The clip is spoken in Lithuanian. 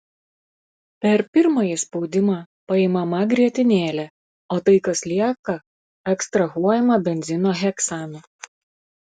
per pirmąjį spaudimą paimama grietinėlė o tai kas lieka ekstrahuojama benzino heksanu